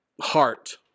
heart